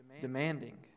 demanding